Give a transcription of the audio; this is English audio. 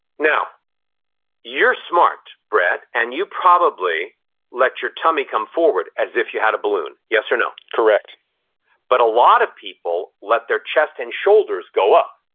now you're smart, brett, and you probably let your tummy come forward as if you had a balloon. yes or no correct but a lot of people let their chest and shoulders go up.